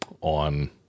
on